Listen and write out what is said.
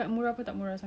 kau pergi east kan